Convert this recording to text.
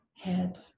Head